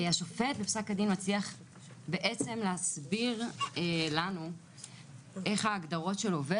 השופט בפסק הדין מליח להסביר לנו איך ההדרות של עובד